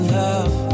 love